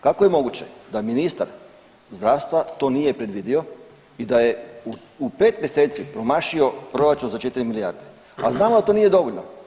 Kako je moguće da ministar zdravstva to nije predvidio i da je u pet mjeseci promašio proračun za 4 milijarde, a znamo da to nije dovoljno.